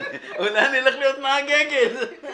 אולי אני אלך להיות נהג אגד...